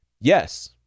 Yes